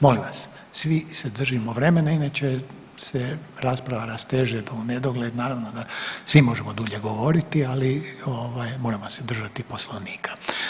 Molim vas, svi se držimo vremena inače se rasprava rasteže do u nedogled, naravno da svi možemo dulje govoriti, ali moramo se držati poslovnika.